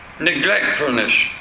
neglectfulness